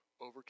over